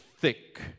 thick